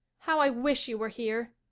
how i wish you were here!